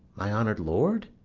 my honour'd lord,